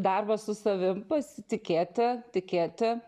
darbas su savim pasitikėti tikėti